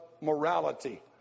morality